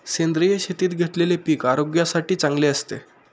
सेंद्रिय शेतीत घेतलेले पीक आरोग्यासाठी चांगले असते